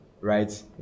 right